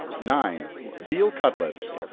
nine. veal cutlets.